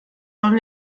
wollen